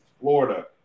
Florida